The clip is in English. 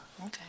Okay